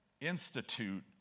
institute